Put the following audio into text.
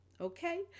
Okay